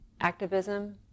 activism